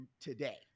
today